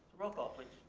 roll call please.